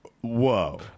whoa